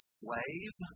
slave